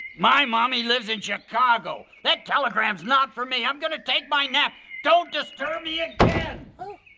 my mommy lives in chicago. that telegram's not for me, i'm gonna take my nap. don't disturb me again!